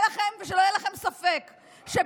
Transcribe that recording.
ושלא יהיה לכם ספק שבג"ץ,